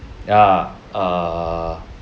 ya err